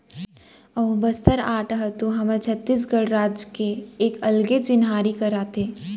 अऊ बस्तर आर्ट ह तो हमर छत्तीसगढ़ राज के एक अलगे चिन्हारी कराथे